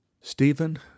Stephen